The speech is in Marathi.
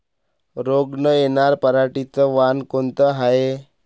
रोग न येनार पराटीचं वान कोनतं हाये?